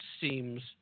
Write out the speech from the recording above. seems